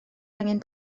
angen